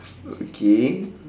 okay